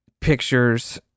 pictures